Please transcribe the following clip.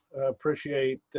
appreciate